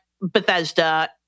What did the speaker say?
Bethesda